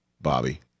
Bobby